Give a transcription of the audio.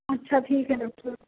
اچھا ٹھیک ہے ڈاکٹر صاحب